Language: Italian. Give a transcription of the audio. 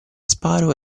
sparo